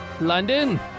London